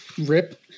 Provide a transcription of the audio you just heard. Rip